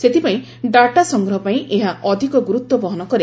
ସେଥିପାଇଁ ଡାଟା ସଂଗ୍ରହ ପାଇଁ ଏହା ଅଧିକ ଗୁରୁତ୍ୱ ବହନ କରେ